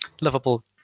lovable